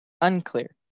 unclear